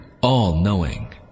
all-knowing